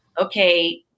okay